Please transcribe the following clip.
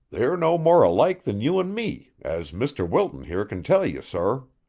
they're no more alike than you and me, as mr. wilton here can tell you, sor.